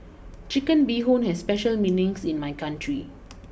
Chicken Bee Hoon has special meanings in my country